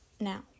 now